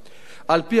על-פי המוצע,